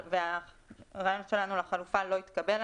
והרעיון שלנו לחלופה לא התקבל,